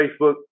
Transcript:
Facebook